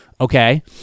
Okay